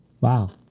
Wow